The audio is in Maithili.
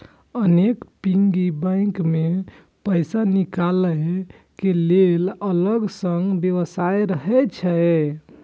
अनेक पिग्गी बैंक मे पैसा निकालै के लेल अलग सं व्यवस्था रहै छै